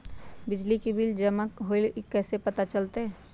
बिजली के बिल जमा होईल ई कैसे पता चलतै?